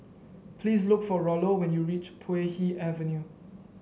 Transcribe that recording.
please look for Rollo when you reach Puay Hee Avenue